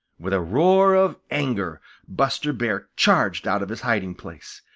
with a roar of anger buster bear charged out of his hiding place.